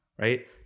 right